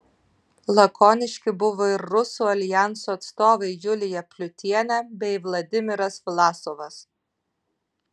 lakoniški buvo ir rusų aljanso atstovai julija pliutienė bei vladimiras vlasovas